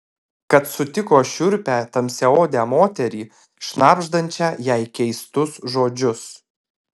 kad sutiko šiurpią tamsiaodę moterį šnabždančią jai keistus žodžius